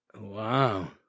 Wow